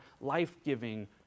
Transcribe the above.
life-giving